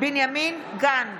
בנימין גנץ,